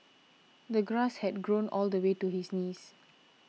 the grass had grown all the way to his knees